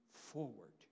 forward